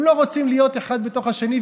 הם לא רוצים להיות אחד בתוך השני.